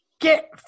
get